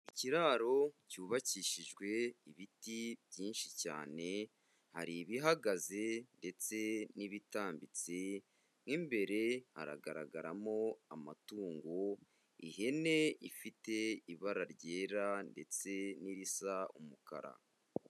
Ikiraro cyubakishijwe ibiti byinshi cyane, hari ibihagaze ndetse n'ibitambitse mo imbere haragaragaramo amatungo, ihene ifite ibara ryera ndetse n'irisa umukara.